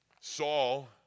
Saul